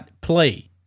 play